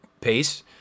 pace